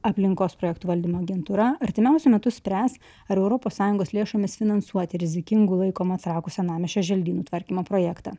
aplinkos projektų valdymo agentūra artimiausiu metu spręs ar europos sąjungos lėšomis finansuoti rizikingu laikomą trakų senamiesčio želdynų tvarkymo projektą